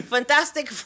Fantastic